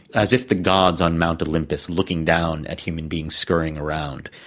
as if the gods on mount olympus looking down at human beings scurrying around,